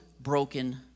broken